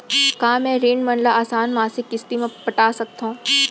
का मैं ऋण मन ल आसान मासिक किस्ती म पटा सकत हो?